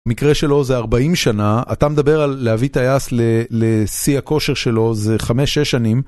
מקרה שלו זה 40 שנה, אתה מדבר על להביא טייס לשיא הכושר שלו, זה 5-6 שנים.